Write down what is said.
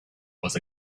was